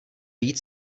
vyjít